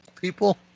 people